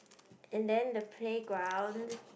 and then the playground